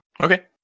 Okay